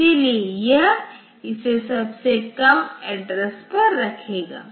इसलिए यह इसे सबसे कम एड्रेस पर रखेगा